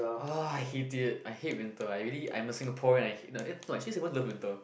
ah I hate it I hate winter I really I'm a Singaporean I hate eh no actually i'm supposed to love winter